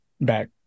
back